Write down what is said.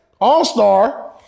All-Star